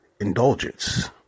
indulgence